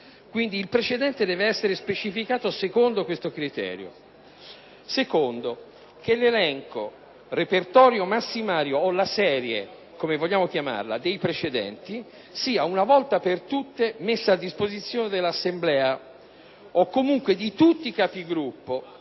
casi). Il precedente deve essere specificato secondo questo criterio. Secondo: che l'elenco, il repertorio, il massimario o la serie, come vogliamo chiamarlo, dei precedenti, sia una volta per tutte messo a disposizione dell'Assemblea o comunque di tutti i Capigruppo,